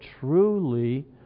truly